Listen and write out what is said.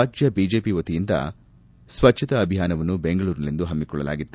ರಾಜ್ಯ ಬಿಜೆಪಿ ವತಿಯಿಂದ ಸ್ವಚ್ವತಾ ಅಭಿಯಾನವನ್ನು ಬೆಂಗಳೂರಿನಲ್ಲಿಂದು ಪಮ್ಮಿಕೊಳ್ಳಲಾಗಿತ್ತು